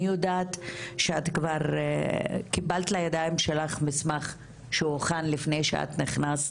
אני יודעת שאת כבר קיבלת לידיים שלך מסמך שהוכן לפני שאת נכנסת.